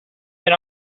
been